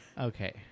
Okay